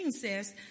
says